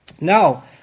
Now